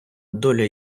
доля